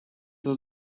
was